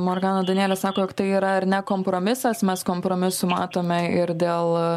morgana danielė sako jog tai yra ar ne kompromisas mes kompromisų matome ir dėl